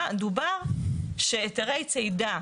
דובר שהיתרי צידה,